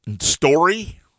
story